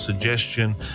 suggestion